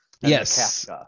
yes